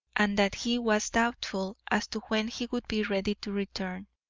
and that he was doubtful as to when he would be ready to return.